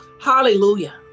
hallelujah